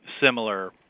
similar